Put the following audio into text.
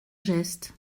geste